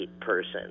person